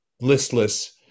listless